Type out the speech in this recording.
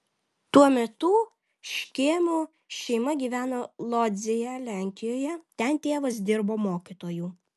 tuo metu škėmų šeima gyveno lodzėje lenkijoje ten tėvas dirbo mokytoju